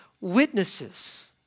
witnesses